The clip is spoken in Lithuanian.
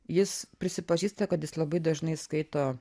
jis prisipažįsta kad jis labai dažnai skaito